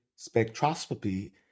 spectroscopy